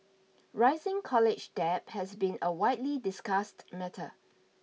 rising college debt has been a widely discussed matter